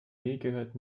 gehört